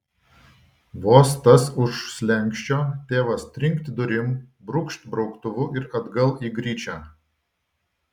vos tas už slenksčio tėvas trinkt durim brūkšt brauktuvu ir atgal į gryčią